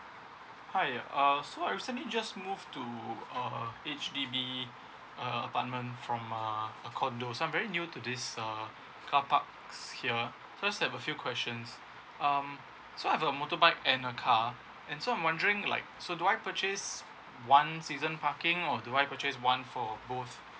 hi uh so I recently just move to uh H_D_B uh apartment from uh a condo so I'm very new to this err carpark here just have a few questions um so I've a motorbike and a car and so I'm wondering like so do I purchase one season parking or do I purchase one for both